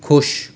खुश